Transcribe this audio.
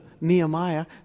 Nehemiah